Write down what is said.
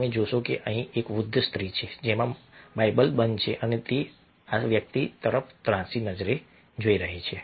તમે જોશો કે અહીં એક વૃદ્ધ સ્ત્રી છે જેમાં બાઇબલ બંધ છે અને તે આ વ્યક્તિ તરફ ત્રાંસી નજરે જોઈ રહી છે